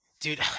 Dude